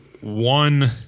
one –